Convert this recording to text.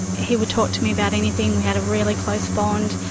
he would talk to me about anything we had a really close bond.